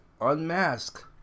Unmask